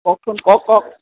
কওকচোন কওক কওক